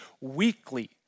weekly